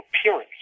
appearance